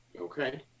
Okay